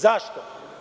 Zašto?